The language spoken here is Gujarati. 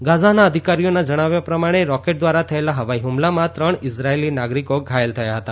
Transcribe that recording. ગાઝાના અધિકારીઓના જણાવ્યા પ્રમાણે રોકેટ દ્વારા થયેલા હવાઇ હુમલામાં ત્રણ ઇઝરાયેલી નાગરિકો ઘાયલ થયા હતા